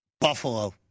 Buffalo